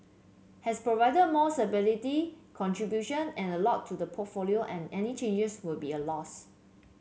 has provided more stability contribution and a lot to the portfolio and any changes would be a loss